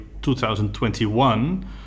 2021